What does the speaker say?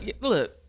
look